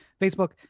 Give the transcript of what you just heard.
Facebook